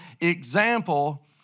example